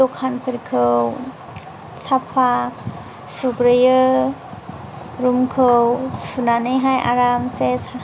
दखानफोरखौ साफा सुग्रोयो रुमखौ सुनानैहाय आरामसे